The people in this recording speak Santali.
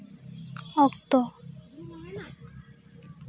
ᱚᱠᱛᱚ